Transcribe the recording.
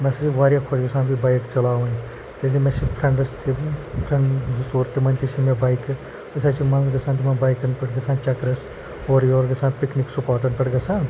مےٚ ہَسا چھِ واریاہ خۄش گژھان یہِ بایِک چَلاوٕنۍ کیٛازِکہِ مےٚ چھِ فرٛنٛڈٕس تہِ فرٛنٛڈ زٕ ژور تِمَن تہِ چھِ مےٚ بایکہٕ أسۍ حظ چھِ منٛزٕ گژھان تِمَن بایکَن پٮ۪ٹھ گژھان چَکرَس اورٕ یورٕ گژھان پِکنِک سپاٹَن پٮ۪ٹھ گژھان